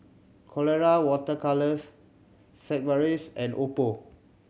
Colora Water Colours Sigvaris and Oppo